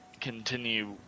continue